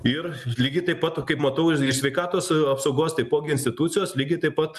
ir lygiai taip pat kaip matau ir sveikatos apsaugos taipogi institucijos lygiai taip pat